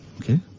okay